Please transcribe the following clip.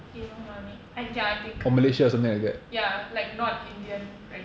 Hemamalini I ya I think I think ya like not indian